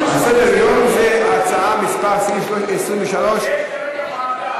סעיף 23. יש כרגע ועדה.